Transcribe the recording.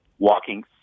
Walking